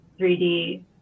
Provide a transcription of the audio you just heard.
3D